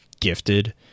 gifted